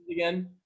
Again